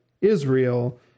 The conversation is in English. Israel